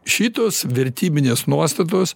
šitos vertybinės nuostatos